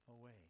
away